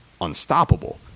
unstoppable